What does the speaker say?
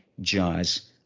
jazz